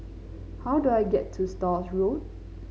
how do I get to Stores Road